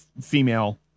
female